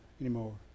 anymore